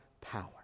power